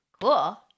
Cool